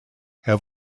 have